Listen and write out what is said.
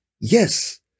Yes